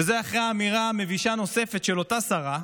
וזה אחרי האמירה המבישה נוספת של אותה שרה,